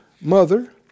mother